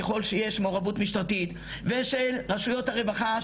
ככול שיש מעורבות משטרתית ושל רשויות הרווחה,